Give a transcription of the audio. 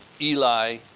Eli